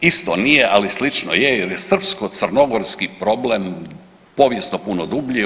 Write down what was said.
Isto nije, ali slično je jer je srpsko-crnogorski problem povijesno puno dublji.